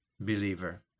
believer